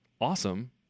awesome